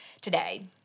today